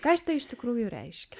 ką šitai iš tikrųjų reiškia